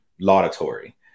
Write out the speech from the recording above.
laudatory